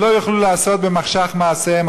שלא יוכלו לעשות במחשך מעשיהם,